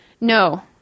No